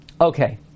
Okay